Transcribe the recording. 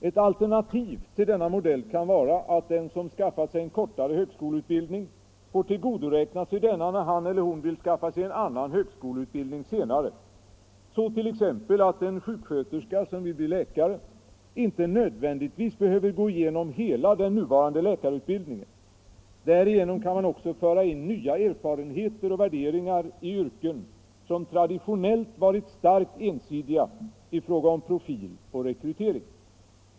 Ett alternativ till denna modell kan vara att den som skaffat sig en kortare högskoleutbildning får tillgodoräkna sig denna när han eller hon vill skaffa sig en annan högskoleutbildning senare. Så t.ex. att en sjuksköterska som vill bli läkare inte nödvändigtvis behöver gå igenom hela den nuvarande läkarutbildningen. Därigenom kan man också föra in nya erfarenheter och värderingar i yrken som traditionellt varit starkt ensidiga i fråga om profil och rekrytering.